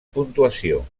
puntuació